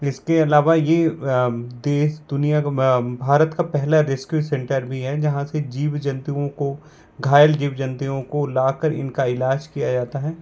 इसके अलावा ये देश दुनिया का भारत का पहला रेस्क्यू सेंटर भी है जहाँ से जीव जंतुओं को घायल जीव जंतुओं को ला कर इनका इलाज किया जाता है